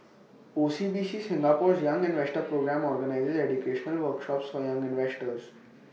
O C B C Singapore's young investor programme organizes educational workshops for young investors